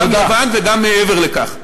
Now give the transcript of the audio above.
גם יוון וגם מעבר לכך.